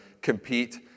compete